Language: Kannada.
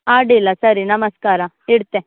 ಅಡ್ಡಿಲ್ಲ ಸರಿ ನಮಸ್ಕಾರ ಇಡ್ತೆ